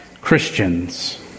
Christians